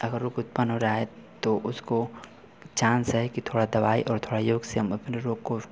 अगर रोग उत्पन्न हो रहा है तो उसको चांस है कि थोड़ा दवाई और थोड़ा योग से हम अपने रोग को